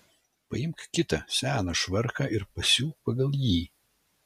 paimk kitą seną švarką ir pasiūk pagal jį